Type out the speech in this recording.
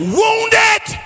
wounded